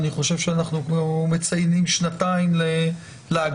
אני חושב שאנחנו מציינים פה שנתיים להגבלות,